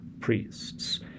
priests